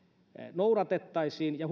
noudatettaisiin ja